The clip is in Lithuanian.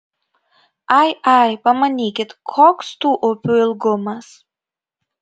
ai ai pamanykit koks tų upių ilgumas